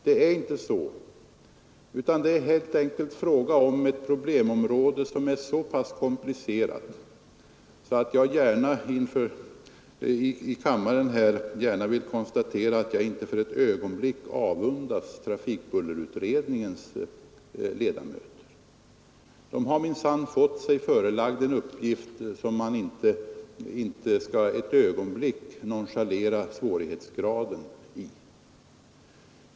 Det är inte så, utan det är helt enkelt fråga om ett problemområde som är så pass komplicerat att jag här i kammaren gärna vill konstatera, att jag inte för ett ögonblick avundas trafikbullerutredningens ledamöter. De har minsann fått sig förelagd en uppgift som man inte skall nonchalera svårighetsgraden i.